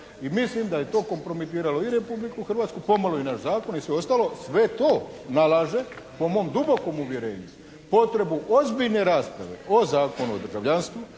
I mislim da je to kompromitiralo i Republiku Hrvatsku, pomalo i naš zakon i sve ostalo. Sve to nalaže po momo dubokom uvjerenju potrebu ozbiljne rasprave o Zakonu o državljanstvu,